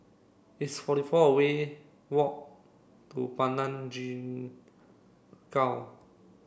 it's forty four we walk to Padang